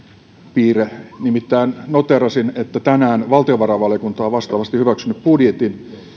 piirre nimittäin noteerasin että tänään valtiovarainvaliokunta on vastaavasti hyväksynyt budjetin